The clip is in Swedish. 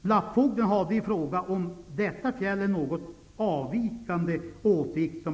Lappfogden hade i fråga om detta fjäll en något avikande åsikt.